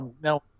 now